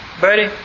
buddy